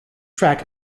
track